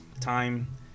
time